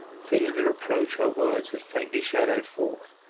feeling the reproach her words had faintly shadowed forth.